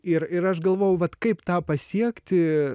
ir ir aš galvojau vat kaip tą pasiekti